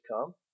come